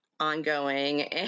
ongoing